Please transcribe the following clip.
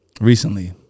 Recently